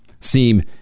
seem